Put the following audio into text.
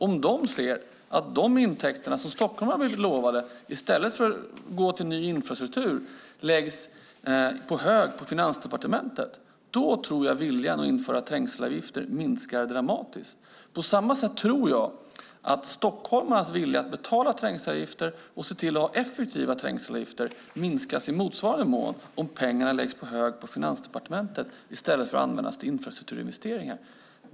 Om de ser att de intäkter som stockholmarna har blivit lovade i stället för att gå till ny infrastruktur läggs på hög på Finansdepartementet tror jag att viljan att införa trängselavgifter minskar dramatiskt. På samma sätt tror jag att stockholmarnas vilja att betala och att ha effektiva trängselavgifter minskas i motsvarande mån om pengarna läggs på hög på Finansdepartementet i stället för att användas till infrastrukturinvesteringar.